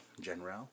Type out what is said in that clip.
General